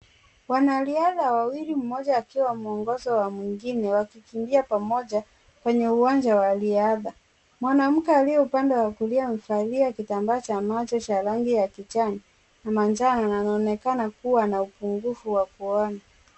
Wanariadha wawili mmoja akiwa ameongozwa na mwingine wakikimbia pamoja kwenye uwanja wa riadha mwanamke aliye upande wa kulia amevalia kitamba kwa macho cha rangi ya kijani na manjano na anaonekana kuwa na upungufu wa kuona.